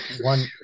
one